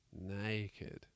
Naked